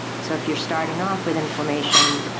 so if you are starting off with inflammation,